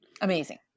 Amazing